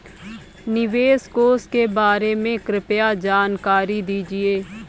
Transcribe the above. निवेश कोष के बारे में कृपया जानकारी दीजिए